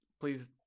please